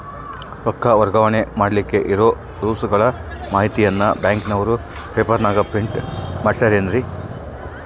ರೊಕ್ಕ ವರ್ಗಾವಣೆ ಮಾಡಿಲಿಕ್ಕೆ ಇರೋ ರೂಲ್ಸುಗಳ ಮಾಹಿತಿಯನ್ನ ಬ್ಯಾಂಕಿನವರು ಪೇಪರನಾಗ ಪ್ರಿಂಟ್ ಮಾಡಿಸ್ಯಾರೇನು?